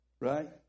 right